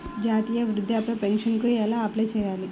జాతీయ వృద్ధాప్య పింఛనుకి ఎలా అప్లై చేయాలి?